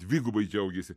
dvigubai džiaugėsi